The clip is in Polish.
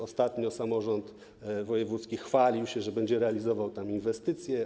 Ostatnio samorząd wojewódzki chwalił się, że będzie realizował tę inwestycję.